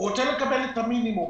הוא רוצה לקבל את המינימום.